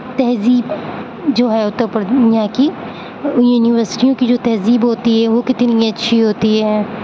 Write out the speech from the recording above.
تہذیب جو ہے اتر پردیش یہاں کی یونیورسٹیوں کی جو تہذیب ہوتی ہے وہ کتنی اچھی ہوتی ہے